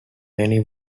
many